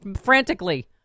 frantically